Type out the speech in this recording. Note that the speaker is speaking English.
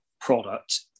product